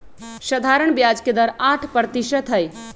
सधारण ब्याज के दर आठ परतिशत हई